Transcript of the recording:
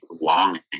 longing